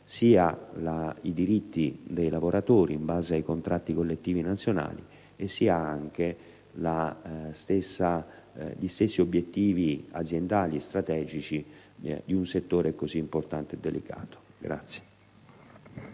sia i diritti dei lavoratori, in base ai contratti collettivi nazionali, sia gli stessi obiettivi aziendali e strategici di un settore così importante e delicato.